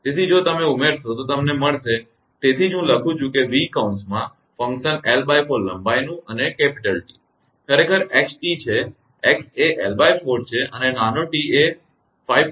તેથી જો તમે ઉમેરશો તો તમને મળશે કે તેથી જ હું લખું છું v કૌંસ ફંકશન 𝑙4 લંબાઈનું અને T ખરેખર 𝑥 𝑡 છે x એ 𝑙4 છે અને નાનો t એ સમાન છે 5